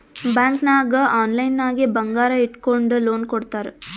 bank ನಾಗ್ online ನಾಗೆ ಬಂಗಾರ್ ಇಟ್ಗೊಂಡು ಲೋನ್ ಕೊಡ್ತಾರ್